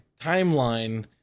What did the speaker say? timeline